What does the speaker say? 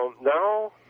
now